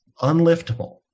unliftable